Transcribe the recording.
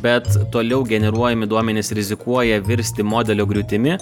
bet toliau generuojami duomenys rizikuoja virsti modelio griūtimi